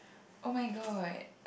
oh-my-god